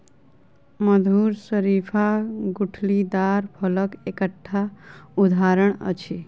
मधुर शरीफा गुठलीदार फलक एकटा उदहारण अछि